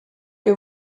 que